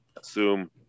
assume